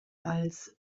als